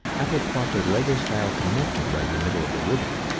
apple plopped a lego-style connector right in the middle of the ribbon.